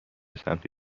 سمت